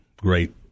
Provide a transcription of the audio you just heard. great